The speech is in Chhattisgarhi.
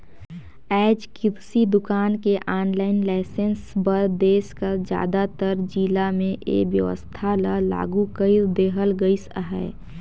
आएज किरसि दुकान के आनलाईन लाइसेंस बर देस कर जादातर जिला में ए बेवस्था ल लागू कइर देहल गइस अहे